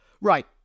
Right